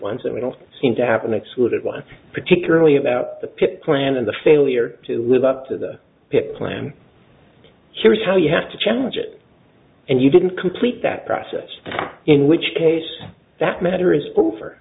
ones that we don't seem to happen next would it one particularly about the pit plan and the failure to live up to the plan here's how you have to challenge it and you didn't complete that process in which case that matter is over